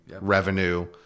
revenue